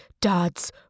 dads